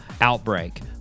outbreak